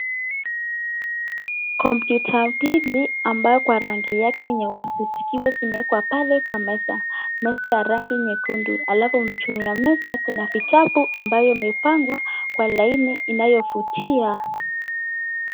Kompyuta mbili ambayo kwa rangi yake nyeusi zikiwa zimewekwa pale kwa meza, meza ya rangi nyekundu alafu juu ya meza kuna vitabu ambayo imepangwa kwa laini inayovutia.